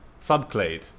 subclade